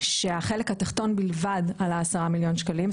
כשהחלק התחתון בלבד עלה 10 מיליון שקלים.